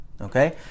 Okay